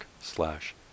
slash